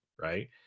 right